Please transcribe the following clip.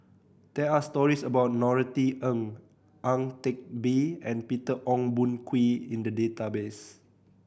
there are stories about Norothy Ng Ang Teck Bee and Peter Ong Boon Kwee in the database